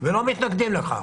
ולא מתנגדים לכך,